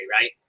right